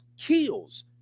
kills